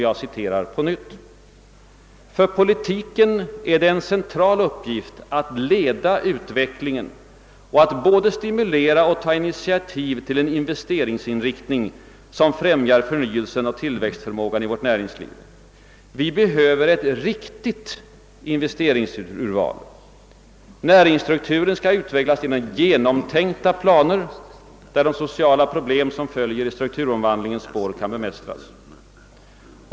Jag citerar på nytt: »För politiken är det en central uppgift att leda utvecklingen ———— och att både stimulera och ta initiativ till en investeringsinriktning som främjar förnyelsen och tillväxtförmågan i vårt näringsliv.» Vi behöver ett »riktigt investeringsurval». - Näringsstrukturen skall utvecklas »enligt genomtänkta planer, där de sociala problem som följer i strukturomvandlingens spår kan bemästras».